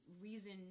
reason